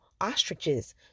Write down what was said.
ostriches